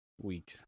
Week